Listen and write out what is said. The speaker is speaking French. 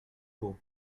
beau